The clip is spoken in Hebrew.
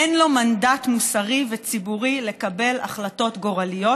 אין לו מנדט מוסרי וציבורי לקבל החלטות גורליות,